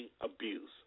abuse